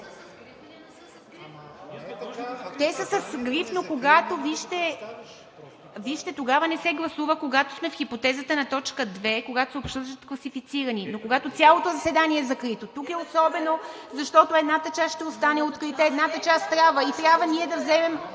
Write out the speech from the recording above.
Те са с гриф, тогава не се гласува, когато сме в хипотезата на точка 2, когато се обсъждат класифицирани, но когато цялото заседание е закрито, тук е особено, защото една част ще остане открита, една част трябва и трябва ние да вземем…